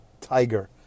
tiger